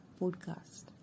Podcast